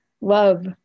love